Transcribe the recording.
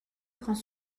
grands